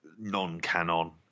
non-canon